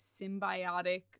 symbiotic